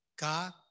God